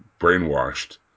brainwashed